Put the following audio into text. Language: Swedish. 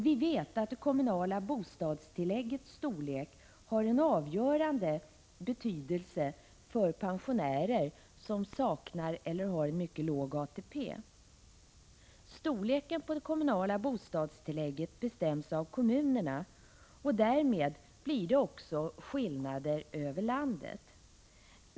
Vi vet att det kommunala bostadstilläggets storlek har en avgörande betydelse för pensionärer som saknar eller har en mycket låg ATP. Storleken på det kommunala bostadstillägget bestäms av kommunerna. Därmed blir det också skillnader över landet.